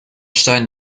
stein